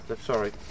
sorry